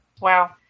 Wow